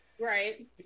Right